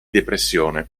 depressione